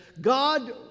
God